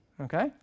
Okay